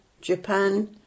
Japan